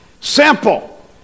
Simple